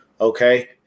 okay